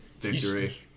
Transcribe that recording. Victory